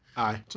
aye.